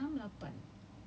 no but but